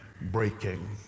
breaking